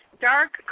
dark